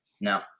now